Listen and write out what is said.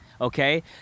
okay